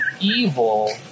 evil